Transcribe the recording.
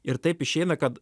ir taip išeina kad